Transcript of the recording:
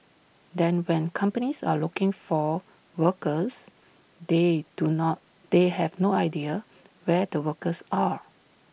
then when companies are looking for workers they do not they have no idea where the workers are